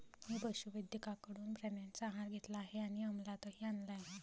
मी पशुवैद्यकाकडून प्राण्यांचा आहार घेतला आहे आणि अमलातही आणला आहे